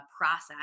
process